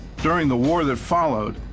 during the war that followed,